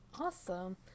Awesome